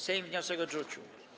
Sejm wniosek odrzucił.